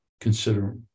consider